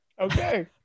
Okay